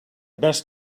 best